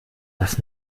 das